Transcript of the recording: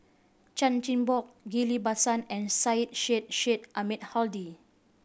Chan Chin Bock Ghillie Basan and Syed Sheikh Sheikh Ahmad Hadi